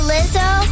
Lizzo